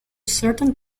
certain